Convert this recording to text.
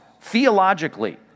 theologically